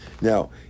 Now